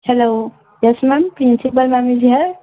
hello yes ma'am principal ma'am is here